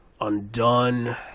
Undone